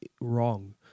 wrong